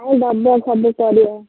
ଆଉ ଦେବ ସବୁ କରିବ